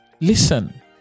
listen